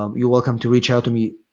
um you're welcome to reach out to me